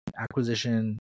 Acquisition